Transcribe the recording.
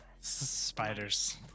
Spiders